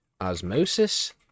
osmosis